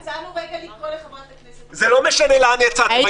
יצאנו רגע לקרוא לחברת הכנסת --- זה לא משנה לאן יצאתם,